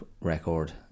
record